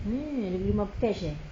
eh dia beli rumah cash eh